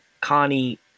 Connie